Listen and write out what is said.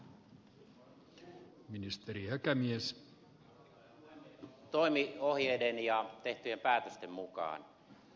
solidium toimi ohjeiden ja tehtyjen päätösten mukaan